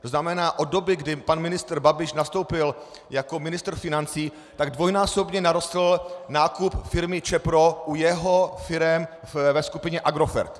To znamená od doby, kdy pan ministr Babiš nastoupil jako ministr financí, dvojnásobně narostl nákup firmy ČEPRO u jeho firem ve skupině Agrofert.